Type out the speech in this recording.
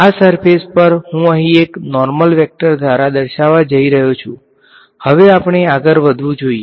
આ સર્ફેસ પર હું અહીં એક નોર્મલ વેક્ટર દ્વારા દર્શાવવા જઈ રહ્યો છું હવે આપણે આગળ વધવું જોઈએ